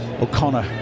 O'Connor